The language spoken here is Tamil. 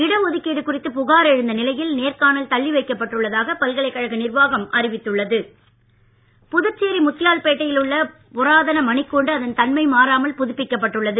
இட ஒதுக்கீடு குறித்து புகார் எழுந்த நிலையில் நேர்காணல் தள்ளி வைக்கப்பட்டுள்ளதாக பல்கலைக்கழக நிர்வாகம் அறிவித்துள்ளது புதுச்சேரி முத்தியால்பேட்டையில் உள்ள புராதன மணிக்கூண்டு அதன் தன்மை மாறாமல் புதுப்பிக்கப்பட்டு உள்ளது